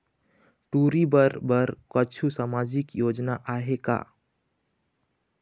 टूरी बन बर कछु सामाजिक योजना आहे का?